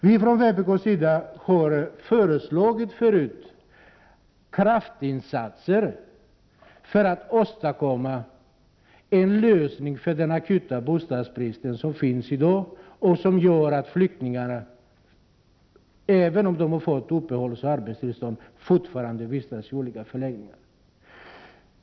Vi från vpk:s sida har tidigare föreslagit kraftinsatser för att åstadkomma en lösning på den akuta bostadsbrist som vi har i dag och som gör att flyktingar — även om de har fått uppehållsoch arbetstillstånd — fortfarande vistas i olika förläggningar.